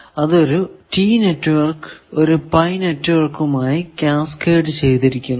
അത് ഒരു T network ഒരു പൈ നെറ്റ്വർക്കുമായി കാസ്കേഡ് ചെയ്തിരിക്കുന്നു